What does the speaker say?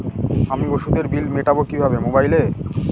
আমি ওষুধের বিল মেটাব কিভাবে মোবাইলে?